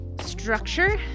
structure